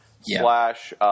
slash –